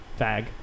fag